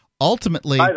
Ultimately